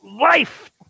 life